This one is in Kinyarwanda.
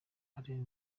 alain